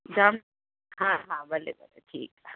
जाम हा हा भले भले ठीकु